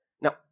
Now